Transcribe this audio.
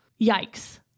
Yikes